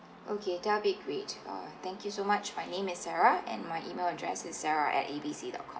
okay that'll be great uh thank you so much my name is sarah and my email address is sarah at A B C dot com